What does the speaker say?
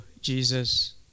Jesus